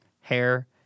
hair